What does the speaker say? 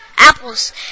Apples